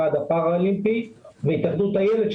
הוועד הפארא אולימפי והתאחדות אילת,